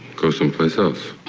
go someplace else.